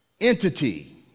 entity